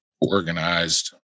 organized